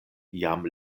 jam